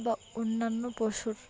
বা অন্যান্য পশুর